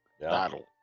battle